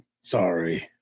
Sorry